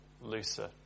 looser